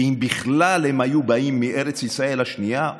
ואם בכלל הם היו באים מארץ ישראל השנייה,